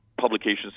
publications